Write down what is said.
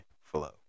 flow